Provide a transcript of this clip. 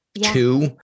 two